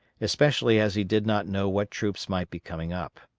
especially as he did not know what troops might be coming up.